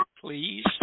please